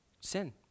Sin